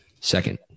Second